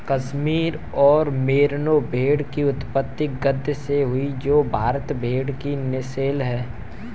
कश्मीर और मेरिनो भेड़ की उत्पत्ति गद्दी से हुई जो भारतीय भेड़ की नस्लें है